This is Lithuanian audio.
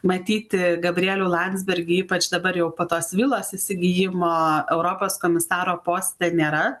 matyti gabrielių landsbergį ypač dabar jau po tos vilos įsigijimo europos komisaro poste nėra